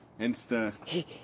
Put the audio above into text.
Insta